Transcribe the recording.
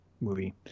movie